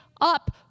up